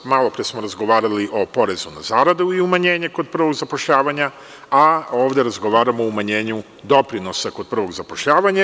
Malopre smo razgovarali o porezu na zarade i umanjenje kod prvog zapošljavanja, a ovde razgovaramo o umanjenju doprinosa kod prvog zapošljavanja.